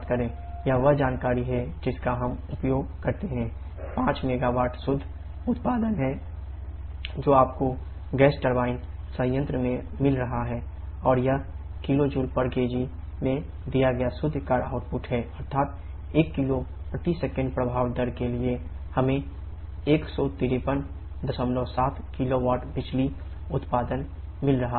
यह वह जानकारी है जिसका हम उपयोग करते हैं 5 MW शुद्ध उत्पादन है जो आपको गैस टरबाइन है अर्थात 1 किलो प्रति सेकंड प्रवाह दर के लिए हमें 1537 किलोवाट बिजली उत्पादन मिल रहा है